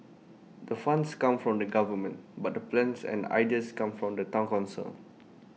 the funds come from the government but the plans and ideas come from the Town Council